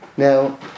Now